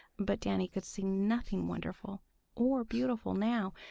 but danny could see nothing wonderful or beautiful now.